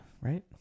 right